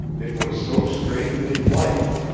it was so strangely like,